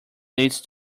leads